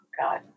God